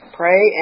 pray